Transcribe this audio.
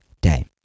day